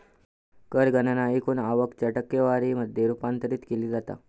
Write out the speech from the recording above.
कर गणना एकूण आवक च्या टक्केवारी मध्ये रूपांतरित केली जाता